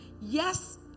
Yes